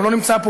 הוא לא נמצא פה,